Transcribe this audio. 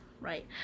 right